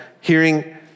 hearing